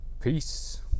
peace